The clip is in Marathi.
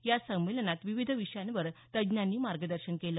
या संमेलनात विविध विषयावर तज्ज्ञांनी मार्गदर्शन केलं